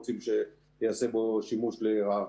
ולא רוצים שייעשה בו שימוש לרעה.